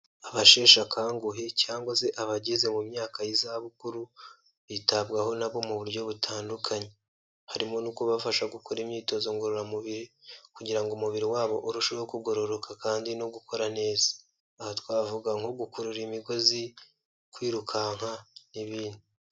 Abasheshe akanguhe cyangwa se abageze mu myaka y'izabukuru bitabwaho na bo mu buryo butandukanye, harimo no kubafasha gukora imyitozo ngororamubiri kugira ngo umubiri wabo urusheho kugororoka kandi no gukora neza, aha twavuga nko gukurura imigozi kwirukanka n'ibindi.